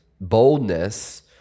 boldness